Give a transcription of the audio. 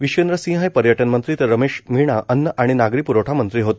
विश्वेंद्र सिंह हे पर्यटनमंत्री तर रमेश मीना अन्न आणि नागरी प्रवठा मंत्री होते